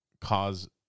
cause